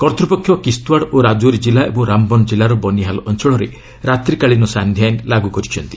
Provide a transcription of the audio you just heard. କର୍ତ୍ତପକ୍ଷ କିସ୍ତ୍ୱାଡ଼ା ଓ ରାଜୌରୀ ଜିଲ୍ଲା ଏବଂ ରାମବନ୍ ଜିଲ୍ଲାର ବନିହାଲ ଅଞ୍ଚଳରେ ରାତ୍ରିକାଳିନ ସାନ୍ଧ୍ୟଆଇନ ଲାଗୁ କରିଛନ୍ତି